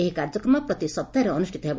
ଏହି କାର୍ଯ୍ୟକ୍ରମ ପ୍ରତି ସପ୍ତହରେ ଅନୁଷ୍ଷିତ ହେବ